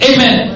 Amen